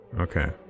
Okay